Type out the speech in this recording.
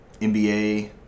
NBA